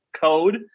code